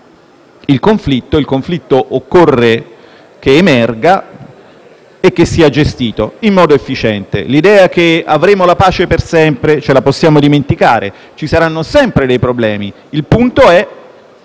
il conflitto occorre che emerga e che sia gestito in modo efficiente. L'idea che avremo la pace per sempre ce la possiamo dimenticare. Ci saranno sempre dei problemi; il punto è